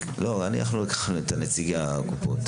לא, ניקח את נציגי הקופות,